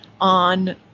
on